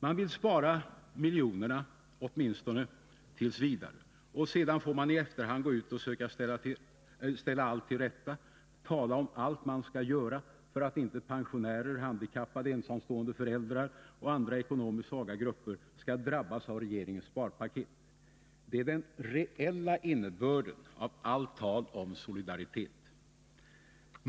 Man vill spara miljonerna, åtminstonet. v., och sedan får man i efterhand m.m. gå ut och söka ställa allt till rätta, tala om allt man skall göra för att inte pensionärer, handikappade, ensamstående föräldrar och andra ekonomiskt svaga grupper skall drabbas av regeringens sparpaket. Det är den reella innebörden av allt tal om solidaritet!